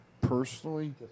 personally